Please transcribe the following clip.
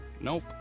Nope